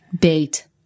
Bait